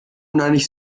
uneinig